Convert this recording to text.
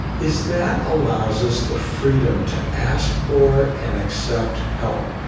is that allows us the freedom to ask for and accept help,